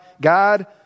God